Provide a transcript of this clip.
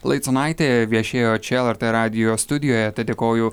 laiconaitė viešėjo čia lrt radijo studijoje tad dėkoju